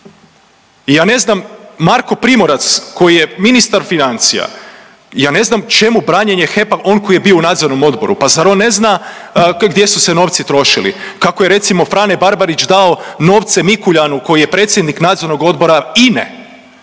ja ne znam Marko Primorac koji je ministar financija ja ne znam čemu branjenje HEP-a, on koji je bio u nadzornom odboru pa zar on ne zna gdje su se novci trošili, kako je recimo Frane Barbarić dao novce Mikuljanu koji je predsjednik nadzornog odbora INE.